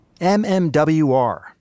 MMWR